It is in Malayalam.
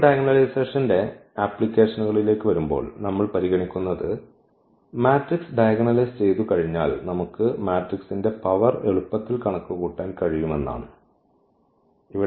ഇപ്പോൾ ഡയഗണലൈസേഷന്റെ ആപ്ലിക്കേഷനുകളിലേക്ക് വരുമ്പോൾ നമ്മൾ പരിഗണിക്കുന്നത് മാട്രിക്സ് ഡയഗണലൈസ് ചെയ്തുകഴിഞ്ഞാൽ നമുക്ക് മാട്രിക്സിന്റെ പവർ എളുപ്പത്തിൽ കണക്കുകൂട്ടാൻ കഴിയുമെന്ന് ആണ്